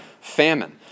famine